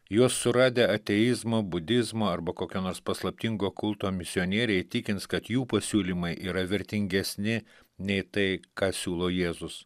juos suradę ateizmo budizmo arba kokio nors paslaptingo kulto misionieriai įtikins kad jų pasiūlymai yra vertingesni nei tai ką siūlo jėzus